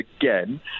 again